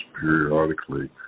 periodically